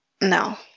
No